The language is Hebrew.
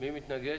מי מתנגד?